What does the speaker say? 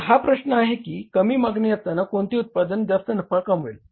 तर हा प्रश्न आहे की कमी मागणी असताना कोणते उत्पादन जास्त नफा कमवेल